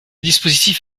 dispositif